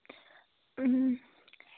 اۭں